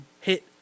hit